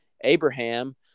Abraham